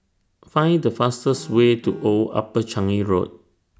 Find The fastest Way to Old Upper Road